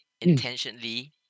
intentionally